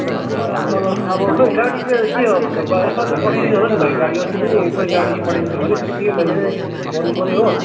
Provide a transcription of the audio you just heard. ल ल अब खै गाडी चाहिँ के हो यसपालि त पठाइदिने होला नि भाइ गाडी अस्ति पनि खै गाडी पठाइदिन्छु भन्यौ त्यत्तिकै मैले नै गर्नुपऱ्यो हो